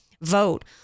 vote